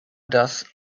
does